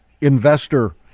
investor